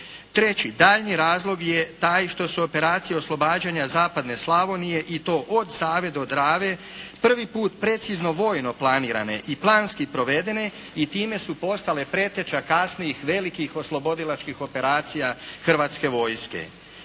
Treći daljnji razlog je taj što su operacije oslobađanja zapadne Slavonije i to od Save do Drave prvi put precizno vojno planirane i planski provedene i time su postale preteća kasnijih velikih oslobodilačkih operacija Hrvatske vojske.